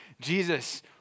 Jesus